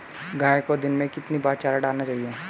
गाय को दिन में कितनी बार चारा डालना चाहिए?